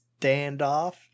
standoff